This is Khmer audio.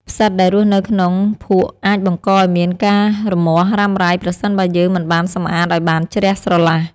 ផ្សិតដែលរស់នៅក្នុងភក់អាចបង្កឱ្យមានការរមាស់រ៉ាំរ៉ៃប្រសិនបើយើងមិនបានសម្អាតឱ្យបានជ្រះស្រឡះ។